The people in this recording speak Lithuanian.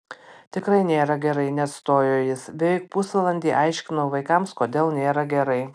tikrai nėra gerai neatstojo jis beveik pusvalandį aiškinau vaikams kodėl nėra gerai